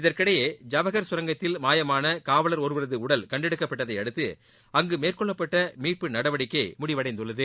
இதற்கிடையே ஐவஹர் கரங்கத்தில் மாயமானகாவலர் ஒருவரதுஉடல் கண்டெடுக்கப்பட்டதைஅடுத்து அங்குமேற்கொள்ளப்பட்டமீட்பு நடவடிக்கைமுடிவடைந்துள்ளது